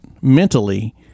mentally